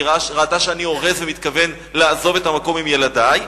כי היא ראתה שאני אורז ומתכוון לעזוב את המקום עם ילדי,